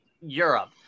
Europe